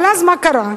אבל אז מה קרה?